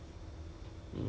we will still get paid